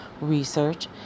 research